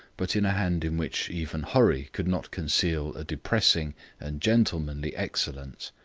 but in a hand in which even hurry could not conceal a depressing and gentlemanly excellence,